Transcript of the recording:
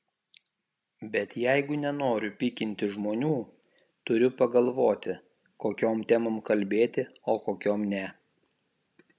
bet jeigu nenoriu pykinti žmonių turiu pagalvoti kokiom temom kalbėti o kokiom ne